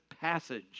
passage